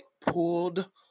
pulled